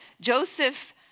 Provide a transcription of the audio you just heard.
Joseph